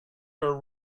her